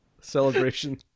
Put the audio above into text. celebration